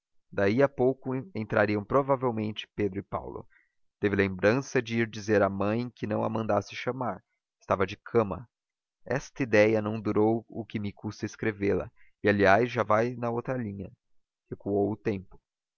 daí a pouco entrariam provavelmente pedro e paulo teve lembrança de ir dizer à mãe que a não mandasse chamar estava de cama esta ideia não durou o que me custa escrevê la e aliás já lá vai na outra linha recuou a tempo